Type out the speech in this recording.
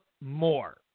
more